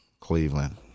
Cleveland